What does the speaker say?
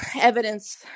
evidence